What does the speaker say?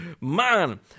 man